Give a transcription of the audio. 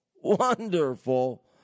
wonderful